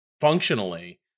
functionally